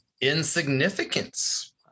insignificance